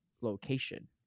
location